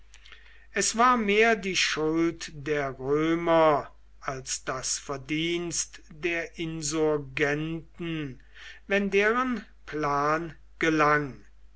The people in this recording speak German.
es war mehr die schuld der römer als das verdienst der insurgenten wenn deren plan gelang